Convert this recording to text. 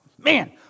man